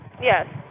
Yes